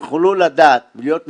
יוכלו לדעת ולהיות שותפים,